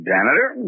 Janitor